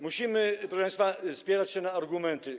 Musimy, proszę państwa, spierać się na argumenty.